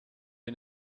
and